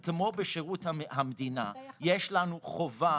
אז כמו בשירות המדינה, יש לנו חובה